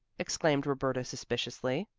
exclaimed roberta suspiciously.